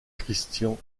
christian